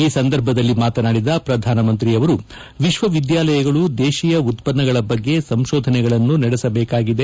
ಈ ಸಂದರ್ಭದಲ್ಲಿ ಮಾತನಾಡಿದ ಪ್ರಧಾನಮಂತ್ರಿಯವರು ವಿಶ್ವವಿದ್ಯಾಲಯಗಳು ದೇಶೀಯ ಉತ್ಪನ್ನಗಳ ಬಗ್ಗೆ ಸಂಶೋಧನೆಗಳನ್ನು ನಡೆಸಬೇಕಾಗಿದೆ